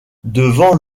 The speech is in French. devant